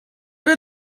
did